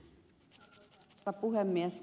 arvoisa herra puhemies